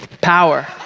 Power